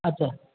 अच्छा